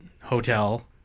Hotel